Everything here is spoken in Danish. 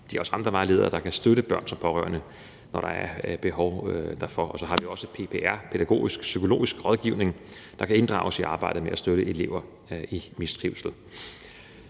De har også andre vejledere, som kan støtte børn som pårørende, når der er behov for det. Og så har vi også PPR – Pædagogisk Psykologisk Rådgivning – der kan inddrages i arbejdet med at støtte elever i mistrivsel.